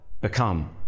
become